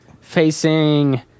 facing